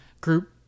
group